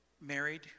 married